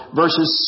verses